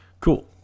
Cool